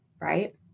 right